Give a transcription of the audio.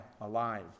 alive